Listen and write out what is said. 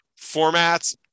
formats